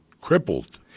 crippled